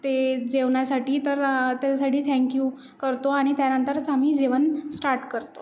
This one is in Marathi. ते जेवणासाठी तर त्याच्यासाठी थँक यू करतो आनि त्यानंतरच आम्ही जेवन स्टार्ट करतो